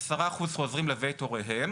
10% חוזרים לבית הוריהם